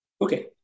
Okay